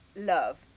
love